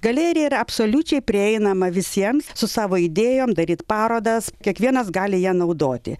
galerija yra absoliučiai prieinama visiems su savo idėjom daryt parodas kiekvienas gali ją naudoti